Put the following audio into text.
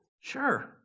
Sure